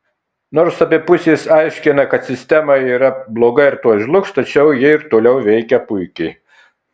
nors abi pusės aiškina kad sistema yra bloga ir tuoj žlugs tačiau ji ir toliau veikia puikiai